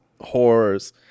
horrors